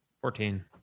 Fourteen